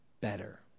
better